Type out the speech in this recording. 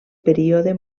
període